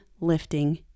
lifting